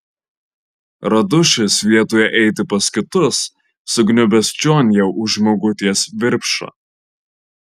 radušis vietoje eiti pas kitus sukniubęs čion jau užmigo ties virpša